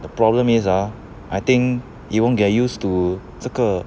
the problem is ah I think he won't get used to 这个